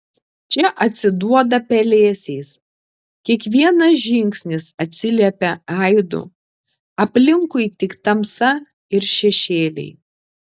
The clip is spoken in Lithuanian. čia atsiduoda pelėsiais kiekvienas žingsnis atsiliepia aidu aplinkui tik tamsa ir šešėliai